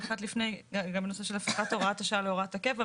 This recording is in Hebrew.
גם בנושא של הפיכת הוראת השעה להוראת הקבע.